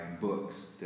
books